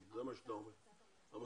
ברגע שזה יהיה רלוונטי,